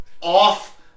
off